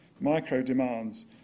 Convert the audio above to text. micro-demands